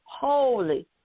holy